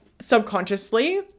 subconsciously